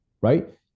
right